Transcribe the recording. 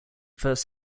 first